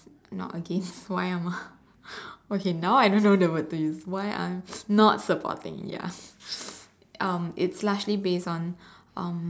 not against why I'm a okay now I don't know the word to use why I am not supporting ya um it's largely based on um